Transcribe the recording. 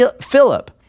Philip